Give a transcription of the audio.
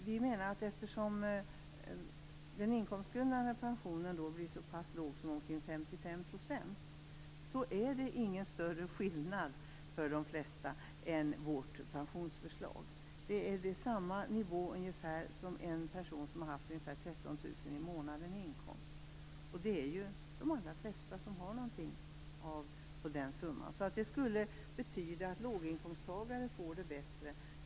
Vi menar att eftersom den inkomstgrundande pensionen blir så pass låg som omkring 55 % är det för de flesta ingen större skillnad jämfört med vårt pensionsförslag. Det är ungefär samma nivå som en person som har haft ca 13 000 kr i månaden i inkomst. De allra flesta har ju ungefär den summan. Det skulle betyda att låginkomsttagare får det bättre.